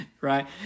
Right